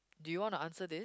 do you want to answer this